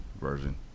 version